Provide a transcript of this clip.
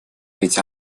ведь